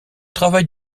travail